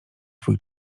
swój